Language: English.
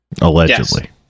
Allegedly